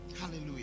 Hallelujah